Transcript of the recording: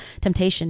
temptation